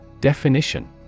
Definition